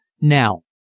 Now